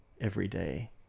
everyday